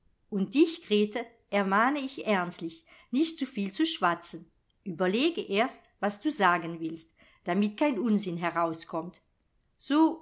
und dich grete ermahne ich ernstlich nicht so viel zu schwatzen ueberlege erst was du sagen willst damit kein unsinn herauskommt so